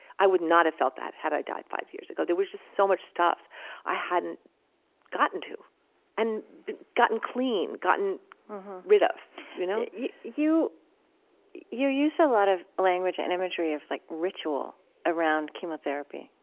i would not have felt that had i died five years ago. there was just so much stuff i hadn't gotten to and gotten clean, gotten rid of you know you you use a lot of language and imagery of like ritual around chemotherapy.